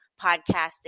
podcasting